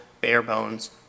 bare-bones